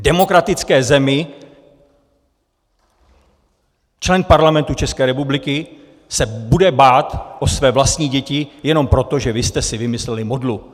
V demokratické zemi člen Parlamentu České republiky se bude dbát o své vlastní děti jenom proto, že vy jste si vymysleli modlu.